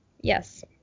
Yes